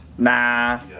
Nah